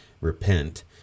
repent